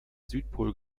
südpol